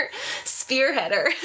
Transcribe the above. spearheader